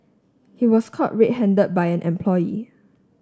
he was caught red handed by an employee